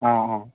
অঁ অঁ